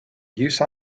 use